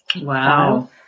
wow